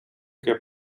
che